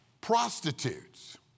prostitutes